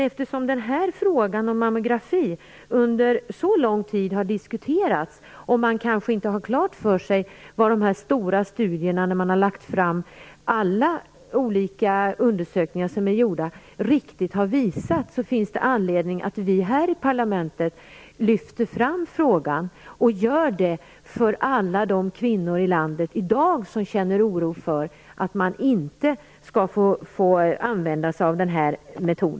Eftersom frågan om mammografi diskuterats under så lång tid och man kanske inte har klart för sig vad alla de stora studier som lagts fram och alla olika undersökningar som genomförts riktigt har visat, finns det anledning att vi i parlamentet lyfter fram frågan och gör det för alla de kvinnor som i dag känner oro för att man inte skall få använda sig av denna metod.